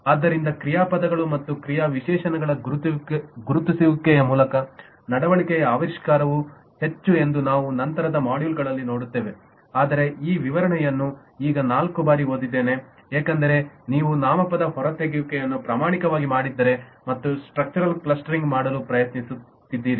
ಆದ್ದರಿಂದ ಕ್ರಿಯಾಪದಗಳು ಮತ್ತು ಕ್ರಿಯಾವಿಶೇಷಣಗಳ ಗುರುತಿಸುವಿಕೆಯ ಮೂಲಕ ನಡವಳಿಕೆಯ ಆವಿಷ್ಕಾರವು ಹೆಚ್ಚು ಎಂದು ನಾವು ನಂತರದ ಮಾಡ್ಯೂಲ್ಗಳಲ್ಲಿ ನೋಡುತ್ತೇವೆ ಆದರೆ ಈ ವಿವರಣೆಯನ್ನು ಈಗ ನಾಲ್ಕು ಬಾರಿ ಓದಿದ್ದೇನೆ ಏಕೆಂದರೆ ನೀವು ನಾಮಪದ ಹೊರತೆಗೆಯುವಿಕೆಯನ್ನು ಪ್ರಾಮಾಣಿಕವಾಗಿ ಮಾಡಿದ್ದರೆ ಮತ್ತು ಸ್ಟ್ರಕ್ಚರಲ್ ಕ್ಲಸ್ಟರಿಂಗ್ ಮಾಡಲು ಪ್ರಯತ್ನಿಸುತ್ತೀರಿ